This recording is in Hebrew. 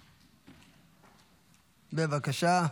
בבקשה.